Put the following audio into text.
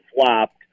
flopped